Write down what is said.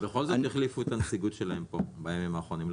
אבל בכל זאת החליפו את הנציגות שלהם פה בימים האחרונים,